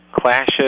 clashes